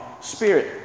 spirit